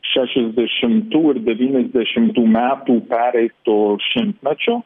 šešiasdešimtų ir devyniasdešimtų metų pereito šimtmečio